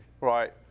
Right